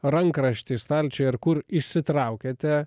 rankraštį stalčiuje ar kur išsitraukiate